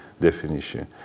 definition